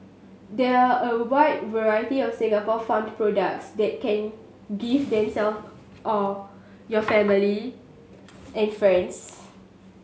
there are a wide variety of Singapore famed products that can gift themself or your family and friends